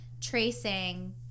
tracing